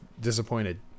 disappointed